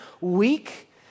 weak